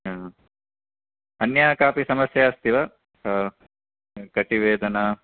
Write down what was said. हा अन्या कापि समस्या अस्ति वा अ कटिवेदना